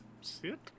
sit